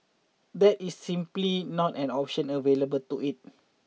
that is simply not an option available to it